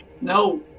No